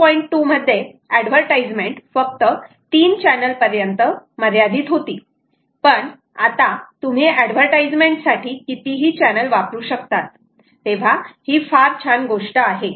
2 मध्ये एडवर्टाइजमेंट फक्त 3 चॅनल पर्यंत मर्यादित होती पण आता तुम्ही एडवर्टाइजमेंट साठी कितीही चॅनल वापरू शकतात तेव्हा ही फार छान गोष्ट आहे